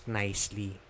nicely